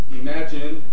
imagine